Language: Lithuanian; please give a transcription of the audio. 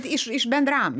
iš iš bendram